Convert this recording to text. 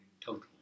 total